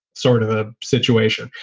sort of a situation.